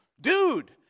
Dude